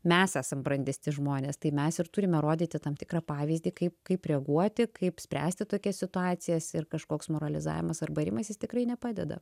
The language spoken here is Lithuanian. mes esam brandesni žmonės tai mes ir turime rodyti tam tikrą pavyzdį kaip kaip reaguoti kaip spręsti tokias situacijas ir kažkoks moralizavimas ar barimas is tikrai nepadeda